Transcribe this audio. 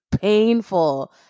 painful